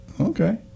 Okay